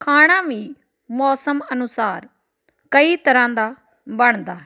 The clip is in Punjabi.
ਖਾਣਾ ਵੀ ਮੌਸਮ ਅਨੁਸਾਰ ਕਈ ਤਰ੍ਹਾਂ ਦਾ ਬਣਦਾ ਹੈ